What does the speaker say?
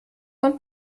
von